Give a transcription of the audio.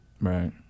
Right